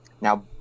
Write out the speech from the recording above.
Now